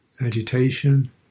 agitation